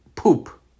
Poop